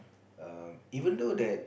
uh even though that